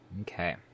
Okay